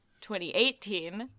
2018